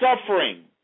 suffering